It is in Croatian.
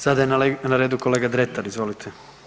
Sada je na redu kolega Dretar, izvolite.